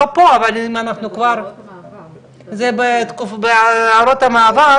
אתה אמרת שאם בתל אביב יהיו הרבה תחנות ואז כל תחום ההשפעה,